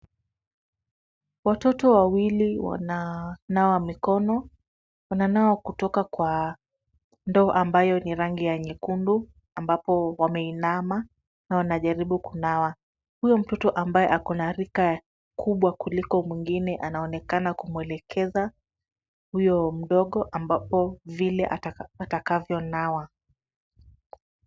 Watoto wawili wananawa mikono, wananawa kutoka kwa ndoo ambayo ni rangi ya nyekundu, ambapo wameinama na wanajaribu kunawa, huyo mtoto ambaye ako na rika kubwa kuliko mwingine anaonekana kumwelekeza huyo mdogo ambapo vile atakavyonawa.